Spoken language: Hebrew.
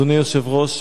אדוני היושב-ראש,